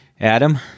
Adam